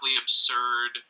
absurd